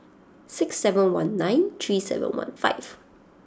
six seven one nine three seven one five